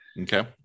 okay